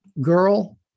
girl